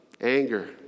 anger